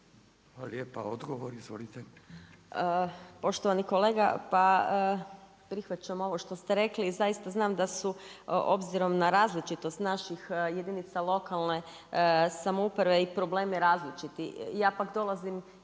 Marija (HDZ)** Poštovani kolega, pa prihvaćam ovo što ste rekli i zaista znam da su obzirom na različitost naših jedinica lokalne samouprave i problemi različiti. Ja pak dolazim iz